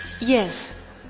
Yes